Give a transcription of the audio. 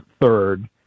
third